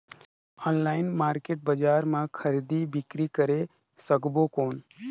Online market बजार मां खरीदी बीकरी करे सकबो कौन?